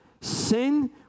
Sin